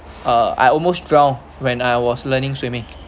uh I almost drowned when I was learning swimming